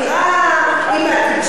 עם התקשורת,